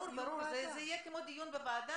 זה סיור ועדה